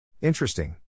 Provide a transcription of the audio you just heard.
Interesting